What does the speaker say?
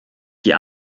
die